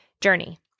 journey